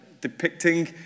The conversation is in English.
depicting